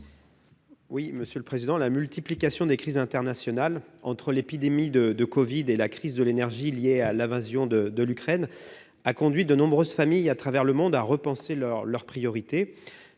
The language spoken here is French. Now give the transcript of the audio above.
à M. Yan Chantrel. La multiplication des crises internationales, entre l'épidémie de covid-19 et la crise de l'énergie liée à l'invasion de l'Ukraine, a conduit de nombreuses familles à travers le monde à repenser leurs priorités.